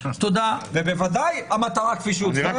ובוודאי המטרה כפי שהוצגה.